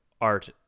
art